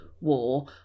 war